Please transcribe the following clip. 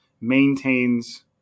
maintains